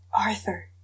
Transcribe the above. Arthur